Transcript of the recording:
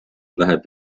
läheb